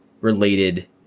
related